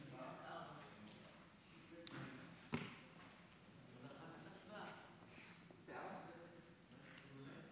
רגע, לפני שאני מתחילה, אופיר, יש לי שאלה אליך.